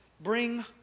bring